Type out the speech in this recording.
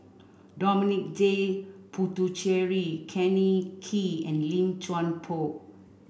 Dominic J Puthucheary Kenneth Kee and Lim Chuan Poh